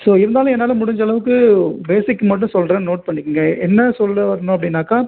so இருந்தாலும் என்னால் முடிஞ்ச அளவுக்கு பேஸிக் மட்டும் சொல்லுறேன் நோட் பண்ணிக்குங்க என்ன சொல்லவரணும் அப்படின்னாக்கா